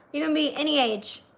you can be any age.